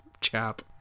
chap